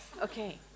Okay